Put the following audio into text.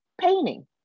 painting